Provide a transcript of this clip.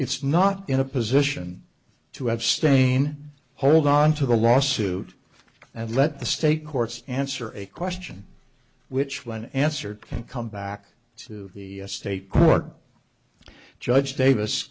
it's not in a position to abstain hold on to the lawsuit and let the state courts answer a question which one answer can come back to the state court judge davis